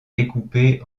découpée